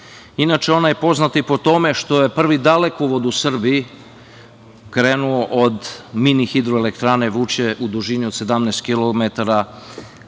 Inače, ona je poznata i po tome što je prvi dalekovod u Srbiji krenuo od mini hidroelektrane Vučje u dužini od 17 kilometara